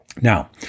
Now